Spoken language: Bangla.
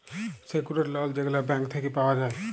সেক্যুরড লল যেগলা ব্যাংক থ্যাইকে পাউয়া যায়